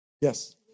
Yes